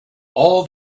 all